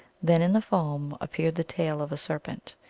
then in the foam appeared the tail of a serpent.